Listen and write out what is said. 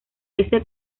ese